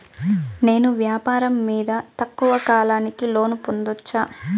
నేను వ్యాపారం మీద తక్కువ కాలానికి లోను పొందొచ్చా?